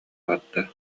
барда